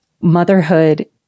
motherhood